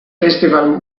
festival